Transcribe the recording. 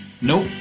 nope